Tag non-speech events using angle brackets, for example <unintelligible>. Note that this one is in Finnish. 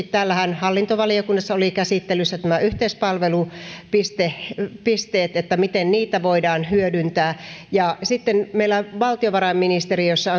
<unintelligible> täällä hallintovaliokunnassahan olivat käsittelyssä nämä yhteispalvelupisteet ja miten niitä voidaan hyödyntää sitten meillä valtiovarainministeriössä <unintelligible>